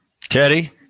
Teddy